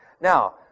Now